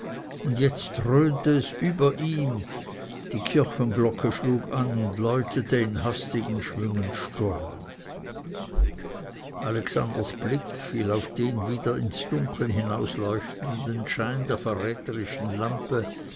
und jetzt dröhnte es über ihm die kirchenglocke schlug an und läutete in hastigen schwüngen sturm alexanders blick fiel auf den wieder ins dunkel hinausleuchtenden schein der verräterischen lampe